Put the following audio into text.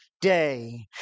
day